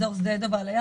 אזור שדה דב על הים,